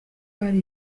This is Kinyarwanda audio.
hari